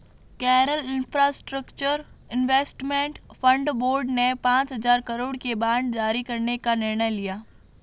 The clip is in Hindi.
Kerala infrastructure investment fund board ने पांच हजार करोड़ के बांड जारी करने का निर्णय लिया